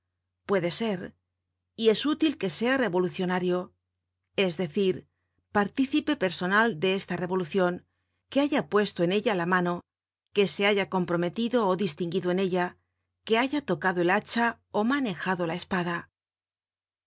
puede ser y es útil que sea revolucionario es decir participe personal de esta revolucion que haya puesto en ella la mauo que se haya comprometido ó distinguido en ella que haya tocado el hacha ó manejado la espada